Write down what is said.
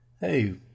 hey